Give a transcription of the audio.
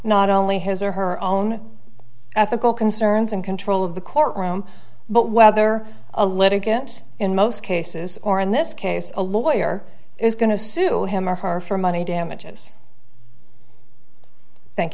not only his or her own ethical concerns and control of the courtroom but whether a litigant in most cases or in this case a lawyer is going to sue him or her for money damages thank